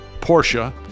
Porsche